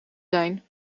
zijn